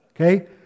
Okay